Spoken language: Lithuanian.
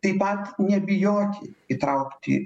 taip pat nebijoti įtraukti